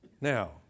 Now